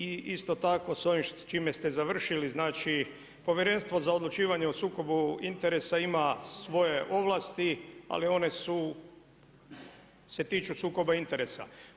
Isto tako s ovim s čime ste završili, znači Povjerenstvo za odlučivanje o sukobu interesa ima svoje ovlasti, ali one se tiču sukoba interesa.